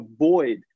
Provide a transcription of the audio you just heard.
avoid